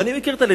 ואני מכיר אותם,